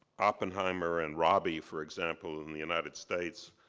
oppenheimer and robbie, for example, in the united states,